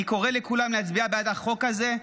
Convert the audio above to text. אני קורא לכולם להצביע בעד החוק הזה,